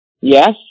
Yes